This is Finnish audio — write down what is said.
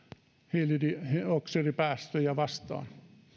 hiilidioksidipäästöjä vastaan